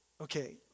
Okay